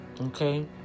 okay